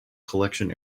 collection